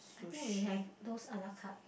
think we have those a lah carte